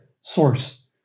source